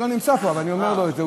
הוא לא נמצא פה, אבל אני אומר לו את זה.